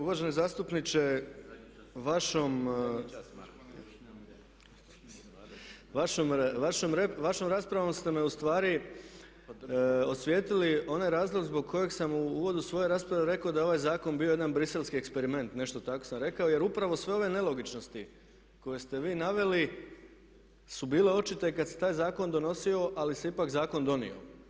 Uvaženi zastupniče vašom raspravom ste me ustvari podsjetili na onaj razlog zbog kojega sam u uvodu svoje rasprave rekao da je ovaj zakon bio jedan bruxelleski eksperiment, nešto tako sam rekao, jer upravo sve ove nelogičnosti koje ste vi naveli su bile očite i kad se taj zakon donosio ali se ipak zakon donio.